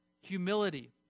Humility